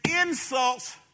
insults